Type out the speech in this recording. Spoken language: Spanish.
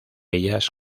ellas